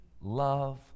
love